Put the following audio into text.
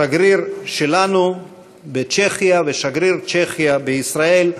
השגריר שלנו בצ'כיה ושגריר צ'כיה בישראל,